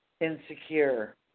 insecure